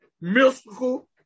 Mystical